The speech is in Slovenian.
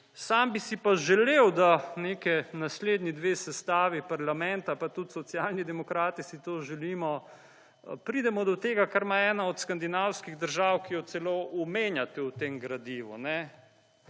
Sam bi si pa želel, da neke naslednji dve sestavi parlamenta pa tudi Socialni demokrati si to želimo, pridemo do tega kar ima ena od skandinavskih držav, ki jo celo omenjate v tem gradivu.